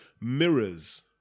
mirrors